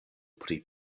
pri